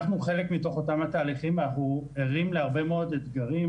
אנחנו חלק מתוך אותם התהליכים ואנחנו ערים להרבה מאוד אתגרים